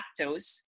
lactose